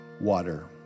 water